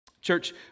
Church